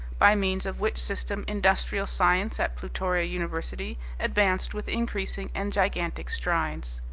by means of which system industrial science at plutoria university advanced with increasing and gigantic strides.